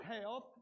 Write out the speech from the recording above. health